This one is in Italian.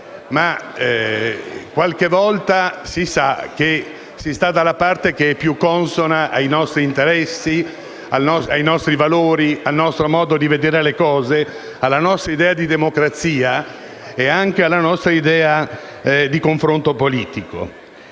Qualche volta si sa che si sta dalla parte che è più consona ai nostri interessi, ai nostri valori, al nostro modo di vedere le cose, alla nostra idea di democrazia e anche di confronto politico.